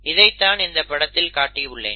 இதைத்தான் இந்தப் படத்தில் காட்டி உள்ளேன்